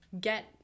get